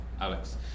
Alex